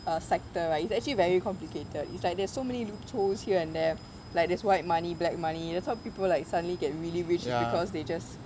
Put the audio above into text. err sector right it's actually very complicated it's like there's so many loopholes here and there like there it's white money black money that's why people like suddenly get really rich because they just